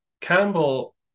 Campbell